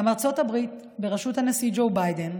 גם ארצות הברית, בראשות הנשיא ג'ו ביידן,